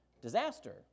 disaster